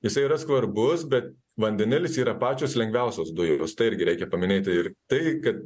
jisai yra svarbus bet vandenilis yra pačios lengviausios dujos tai irgi reikia paminėti ir tai kad